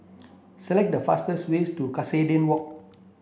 select the fastest way to Cuscaden Walk